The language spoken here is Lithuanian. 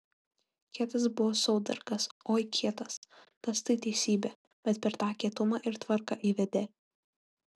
kietas buvo saudargas oi kietas tas tai teisybė bet per tą kietumą ir tvarką įvedė